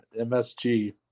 MSG